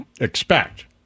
expect